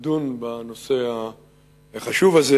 לדון בנושא החשוב הזה.